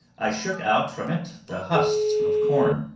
i shook out from it the husks of corn.